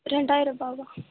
ரெண்டாயர ரூபாயா